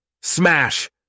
smash